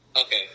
Okay